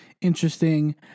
Interesting